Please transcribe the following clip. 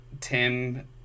Tim